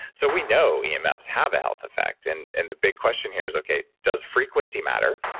so we know yeah emfs have a health effect. and and the big question here is, okay, does frequency matter?